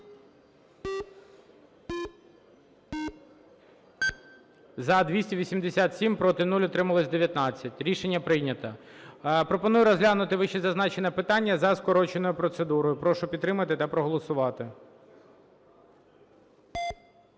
За-270 Проти – 1, утримались – 40. Рішення прийнято. Пропоную розглянути вищезазначений законопроект за скороченою процедурою. Прошу підтримати та проголосувати.